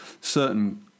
certain